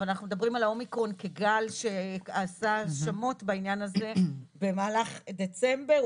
אבל אנחנו מדברים על האומיקרון שגל שעשה שמות בעניין הזה במהלך דצמבר,